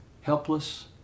Helpless